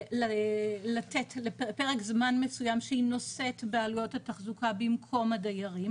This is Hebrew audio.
לתת פרק זמן מסוים שהיא נושאת בעלויות התחזוקה במקום הדיירים.